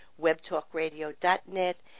webtalkradio.net